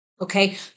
Okay